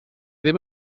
ddim